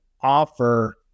offer